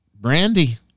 Brandy